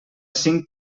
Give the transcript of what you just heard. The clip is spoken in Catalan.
cinc